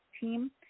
team